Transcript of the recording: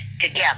together